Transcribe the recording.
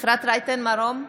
אפרת רייטן מרום,